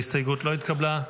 ההסתייגות לא התקבלה.